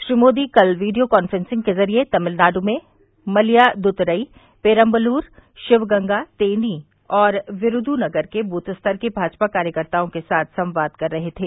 श्री मोदी कल video conferencing के जरिये तमिलनाडु में मयिलाद्तरई पेरम्बलूर शिवगंगा तेनी और विरूदनगर के बूथ स्तर के भाजपा कार्यकर्ताओं के साथ संवाद कर रहे थे